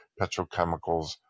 petrochemicals